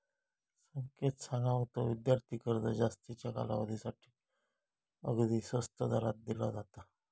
संकेत सांगा होतो, विद्यार्थी कर्ज जास्तीच्या कालावधीसाठी अगदी स्वस्त दरात दिला जाता